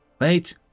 Wait